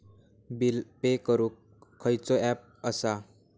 Bill pay करूक खैचो app असा?